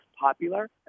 popular